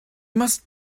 must